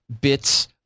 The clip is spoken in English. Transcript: bits